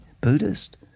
Buddhist